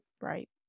Right